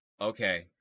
okay